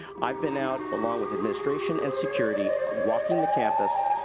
i've been out, along with administration and security, walking the campus,